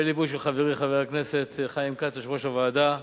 בליווי חברי חבר הכנסת חיים כץ, יושב-ראש הוועדה,